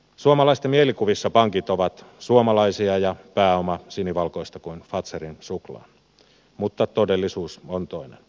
suomalaisten mielikuvissa pankit ovat suomalaisia ja pääoma sinivalkoista kuin fazerin suklaa mutta todellisuus on toinen